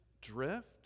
drift